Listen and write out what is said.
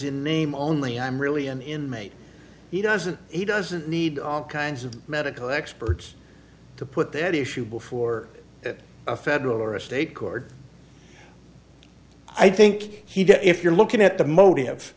in name only i'm really an inmate he doesn't he doesn't need all kinds of medical experts to put that issue before it a federal or a state court i think he did if you're looking at the motive